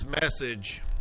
message